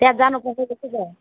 त्यहाँ जानुपर्छ जस्तो छ